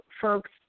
folks